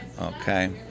okay